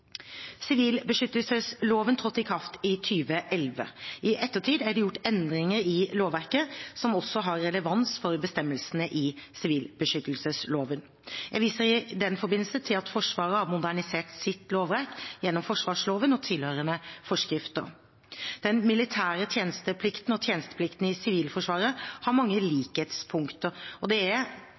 Sivilbeskyttelsesloven trådte i kraft i 2011. I ettertid er det gjort endringer i lovverket som også har relevans for bestemmelsene i sivilbeskyttelsesloven. Jeg viser i den forbindelse til at Forsvaret har modernisert sitt lovverk gjennom forsvarsloven og tilhørende forskrifter. Den militære tjenesteplikten og tjenesteplikten i Sivilforsvaret har mange likhetspunkter, og det er